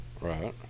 right